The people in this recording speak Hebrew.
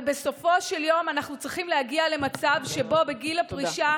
אבל בסופו של יום אנחנו צריכים להגיע למצב שבו בגיל הפרישה